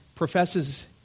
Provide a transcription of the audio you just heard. professes